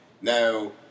Now